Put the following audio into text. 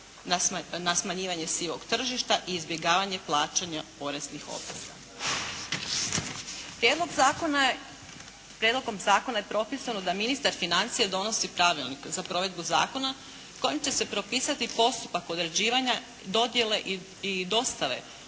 na smanjivanje sivog tržišta i izbjegavanja plaćanja poreznih obveza. Prijedlogom zakona je propisano da ministar financija donosi pravilnik za provedbu zakona kojim će se propisati postupak određivanja, dodjele i dostave